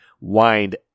wind